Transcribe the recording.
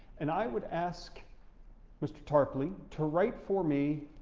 and i would ask mr. tarpley to write for me